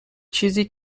چیزی